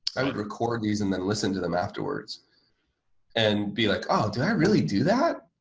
i would record these and then listen to them afterwards and be like, oh, did i really do that?